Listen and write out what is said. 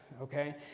okay